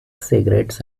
cigarettes